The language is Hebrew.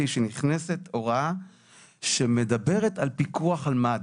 שנכנסת הוראה שמדברת על פיקוח על מד"א.